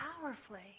powerfully